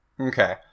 okay